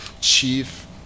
chief